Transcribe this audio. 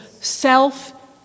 self